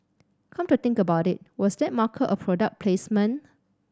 come to think about it was that marker a product placement